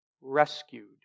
rescued